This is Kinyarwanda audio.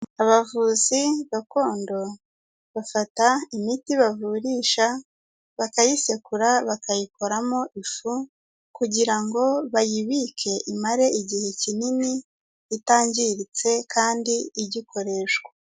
Abavuzi gakondo, bafata imiti bavurisha bakayisekura bakayikoramo ifu, kugira ngo bayibike imare igihe kinini itangiritse kandi igikoreshwa.